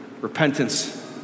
repentance